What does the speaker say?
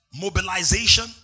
Mobilization